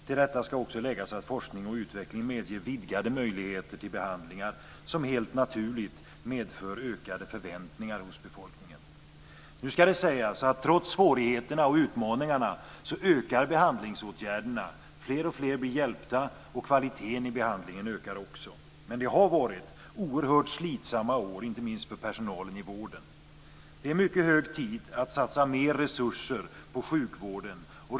Till detta ska också läggas att forskning och utveckling medger vidgade möjligheter till behandlingar som helt naturligt medför ökade förväntningar hos befolkningen. Nu ska det sägas att behandlingsåtgärderna ökar trots svårigheterna och utmaningarna. Fler och fler blir hjälpta, och kvaliteten i behandlingen ökar också. Men det har varit oerhört slitsamma år inte minst för personalen i vården. Det är mycket hög tid att satsa mer resurser på sjukvården.